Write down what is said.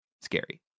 scary